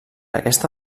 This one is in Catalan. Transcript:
aquesta